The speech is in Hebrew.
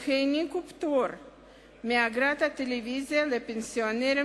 שהעניקו פטור מאגרת הטלוויזיה לפנסיונרים